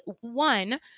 one